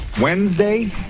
Wednesday